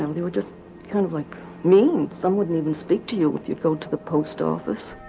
um they were just kind of like mean. some wouldn't even speak to you if you go to the post office.